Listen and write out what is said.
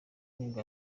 ngo